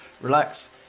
relax